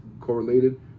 correlated